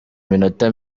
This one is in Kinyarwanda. minota